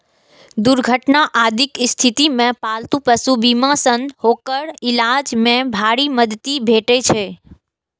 दुर्घटना आदिक स्थिति मे पालतू पशु बीमा सं ओकर इलाज मे भारी मदति भेटै छै